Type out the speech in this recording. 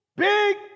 Big